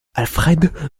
alfred